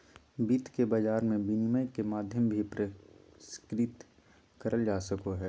वित्त के बाजार मे विनिमय के माध्यम भी परिष्कृत करल जा सको हय